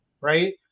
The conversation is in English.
right